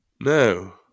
No